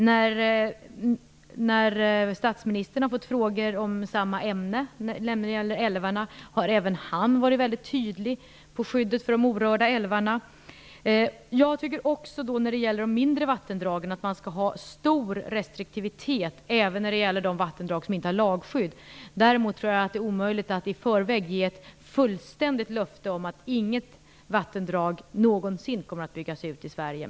När statsministern har fått frågor i samma ämne, nämligen om älvarna, har även han varit mycket tydlig beträffande skyddet för de orörda älvarna. Jag tycker också att man skall ha stor restriktivitet när det gäller de mindre vattendragen, även när det gäller de vattendrag som inte har lagskydd. Däremot tror jag att det är omöjligt att i förväg ge ett fullständigt löfte om att inget vattendrag någonsin kommer att byggas ut i Sverige.